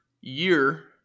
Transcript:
year